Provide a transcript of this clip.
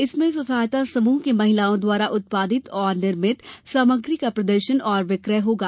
इसमें स्व सहायता समूह की महिलाओं द्वारा उत्पादित एवं निर्मित सामग्री का प्रदर्शन और विक्रय होगा